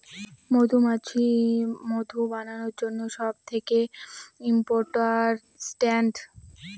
মধুমাছি মধু বানানোর জন্য সব থেকে ইম্পোরট্যান্ট